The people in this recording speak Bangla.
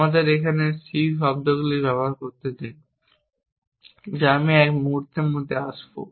আমাকে এখানে c শব্দগুলি ব্যবহার করতে দিন যা আমি এক মুহুর্তের মধ্যে আসব